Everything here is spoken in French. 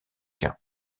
quint